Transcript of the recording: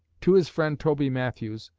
to his friend toby matthews,